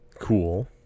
cool